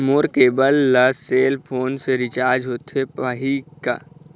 मोर cable ला cell phone से recharge होथे पाही का?